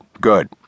good